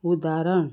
उदाहरण